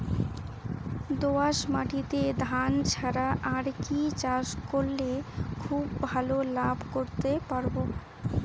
দোয়াস মাটিতে ধান ছাড়া আর কি চাষ করলে খুব ভাল লাভ করতে পারব?